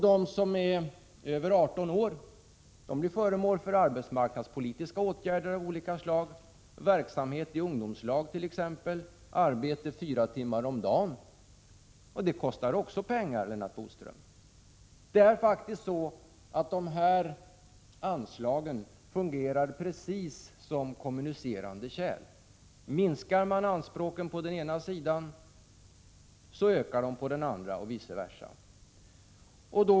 De som är över 18 år blir föremål för arbetsmarknadspolitiska åtgärder av olika slag, t.ex. verksamhet i ungdomslag — arbete fyra timmar om dagen. Det kostar också pengar, Lennart Bodström. Dessa anslag fungerar precis som kommunicerande kärl — minskar man anspråken på den ena sidan, ökar de på den andra och vice versa.